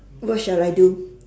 what shall I do